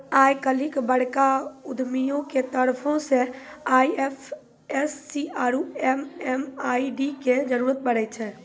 आइ काल्हि बड़का उद्यमियो के तरफो से आई.एफ.एस.सी आरु एम.एम.आई.डी के जरुरत पड़ै छै